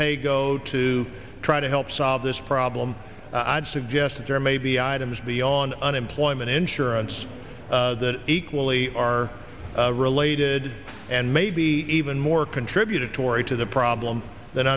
paygo to try to help solve this problem i'd suggest that there may be items beyond unemployment insurance that equally are related and maybe even more contributory to the problem than